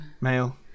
Male